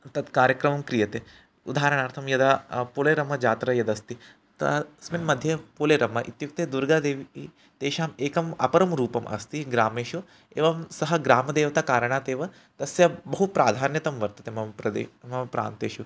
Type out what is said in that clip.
तद्कार्यक्रमं क्रियते उदाहरणार्थं यदा पोलेरम्मजात्रा यदस्ति अस्मिन् मध्ये पोलेरम्म इत्युक्ते दुर्गादेवी तेषाम् एकम् अपरं रूपम् अस्ति ग्रामेषु एवं सः ग्रामदेवता कारणात् एव तस्य बहु प्राधान्यता वर्तते मम प्रदे मम प्रान्तेषु